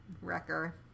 Wrecker